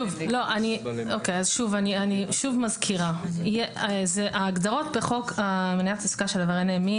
אני שוב מזכירה שההגדרות מניעת העסקה של עברייני מין